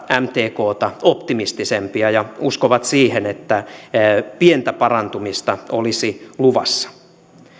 mtkta astetta optimistisempia ja uskovat siihen että pientä parantumista olisi luvassa